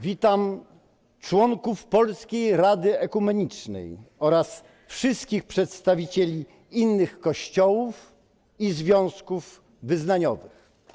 Witam członków Polskiej Rady Ekumenicznej oraz wszystkich przedstawicieli innych Kościołów i związków wyznaniowych.